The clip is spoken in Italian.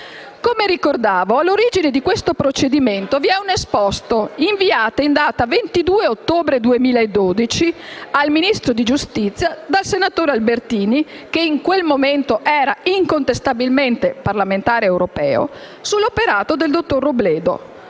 Come ricordavo, all'origine di questo procedimento vi è l'esposto inviato il 22 ottobre 2012 al Ministro della giustizia dal senatore Albertini, all'epoca incontestabilmente parlamentare europeo, sull'operato del dottor Robledo.